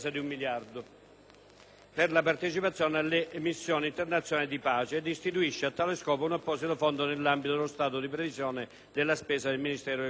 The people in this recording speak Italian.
per la partecipazione alle missioni internazionali di pace ed istituisce a tale scopo un apposito fondo nell'ambito dello stato di previsione della spesa del Ministero dell'economia e delle finanze.